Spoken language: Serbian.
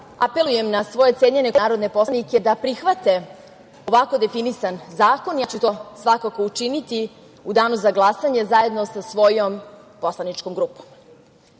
apelujem na svoje cenjene kolege narodne poslanike da prihvate ovako definisan zakon. Ja ću to svakako učiniti u danu za glasanje, zajedno sa svojom poslaničkom grupom. Svi